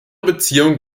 beziehung